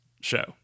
show